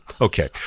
Okay